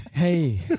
Hey